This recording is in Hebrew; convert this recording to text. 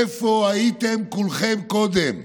איפה הייתם כולכם קודם?